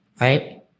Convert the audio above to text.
right